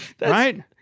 Right